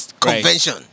convention